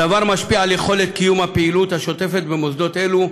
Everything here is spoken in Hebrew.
הדבר משפיע על יכולת קיום הפעילות השוטפת במוסדות אלו,